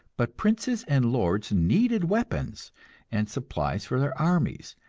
but princes and lords needed weapons and supplies for their armies,